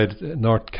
North